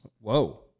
whoa